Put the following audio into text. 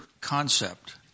concept